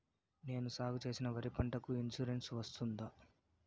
నేను సాగు చేసిన వరి పంటకు ఇన్సూరెన్సు వస్తుందా?